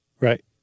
Right